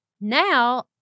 Now